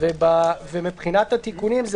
מבחינת התיקונים,